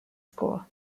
school